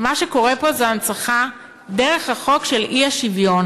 "מה שקורה פה זה הנצחה דרך החוק של האי-שוויון,